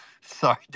sorry